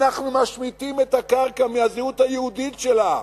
אנחנו משמיטים את הקרקע מהזהות היהודית שלה,